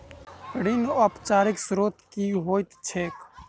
ऋणक औपचारिक स्त्रोत की होइत छैक?